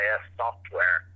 software